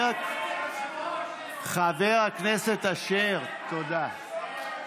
חבר הכנסת אשר, תודה.